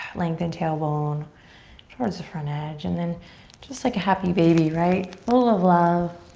lengthen tailbone towards the front edge and then just like a happy baby, right, full of love,